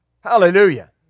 hallelujah